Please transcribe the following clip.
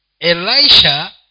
Elisha